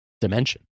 dimension